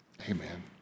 Amen